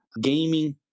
Gaming